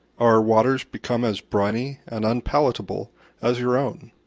our waters become as briny and unpalatable as your own.